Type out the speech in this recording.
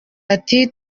ati